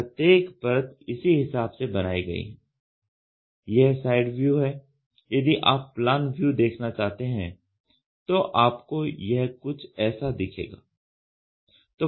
प्रत्येक परत इसी हिसाब से बनाई गई है यह साइड व्यू है यदि आप प्लान व्यू देखना चाहते हैं तो आपको यह कुछ ऐसा दिखेगा